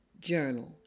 journal